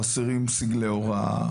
חסרים סמלי הוראה.